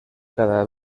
cada